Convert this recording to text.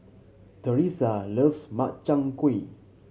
Teresa loves Makchang Gui